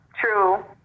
true